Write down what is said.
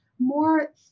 more